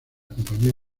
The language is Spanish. compañía